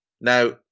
Now